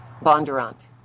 bondurant